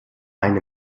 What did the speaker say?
eine